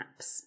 apps